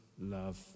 love